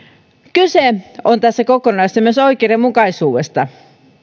tässä kokonaisuudessa on kyse myös oikeudenmukaisuudesta